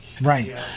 Right